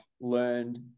learned